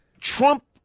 Trump